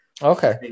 Okay